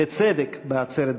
בצדק, בעצרת בכיכר,